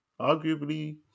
Arguably